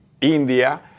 India